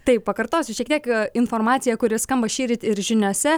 taip pakartosiu šiek tiek informaciją kuri skamba šįryt ir žiniose